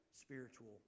spiritual